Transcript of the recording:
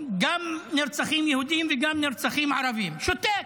גם נרצחים יהודים וגם נרצחים ערבים, שותק.